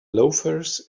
loafers